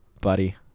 buddy